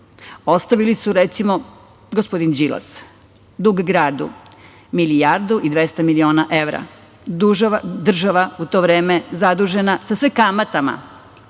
ostavili su, recimo, gospodin Đilas, dug gradu od 1.200.000.000 evra. Država u to vreme zadužena sa sve kamatama,